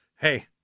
Hey